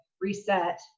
reset